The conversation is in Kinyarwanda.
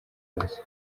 yose